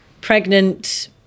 pregnant